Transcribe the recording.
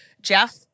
Jeff